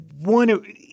one –